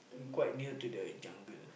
quite near to the jungle